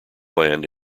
land